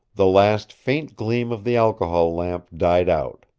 the last faint gleam of the alcohol lamp died out.